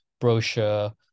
brochure